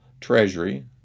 treasury